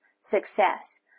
success